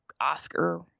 oscar